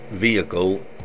vehicle